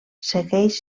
segueix